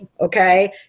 Okay